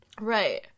right